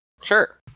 sure